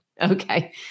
Okay